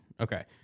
Okay